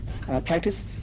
practice